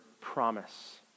promise